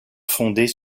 fondés